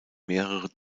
mehrere